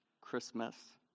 Christmas